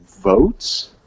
votes